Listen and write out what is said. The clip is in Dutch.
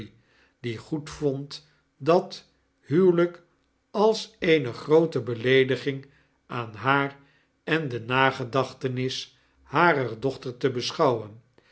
die goedvond dat huwelp als eene groote beleediging aan haar en de nagedachtems harer dochter te beschouwen